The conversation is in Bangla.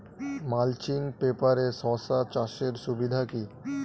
মালচিং পেপারে শসা চাষের সুবিধা কি?